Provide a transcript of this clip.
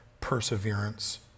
perseverance